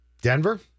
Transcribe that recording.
Denver